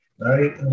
Right